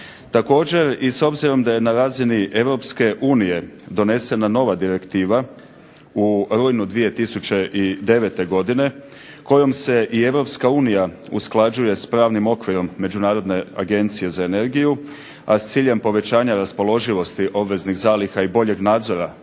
Također i s obzirom da je na razini Europske unije donesena nova direktiva u rujnu 2009. godine kojom se i Europska unija usklađuje sa pravnim okvirom međunarodne agencije za energiju, a s ciljem povećanja raspoloživosti obveznih zaliha i boljeg nadzora